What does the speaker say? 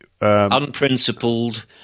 unprincipled